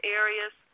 areas